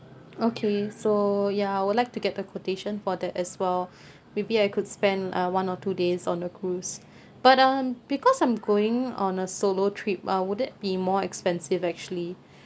okay so ya I would like to get the quotation for that as well maybe I could spend uh one or two days on the cruise but um because I'm going on a solo trip uh would that be more expensive actually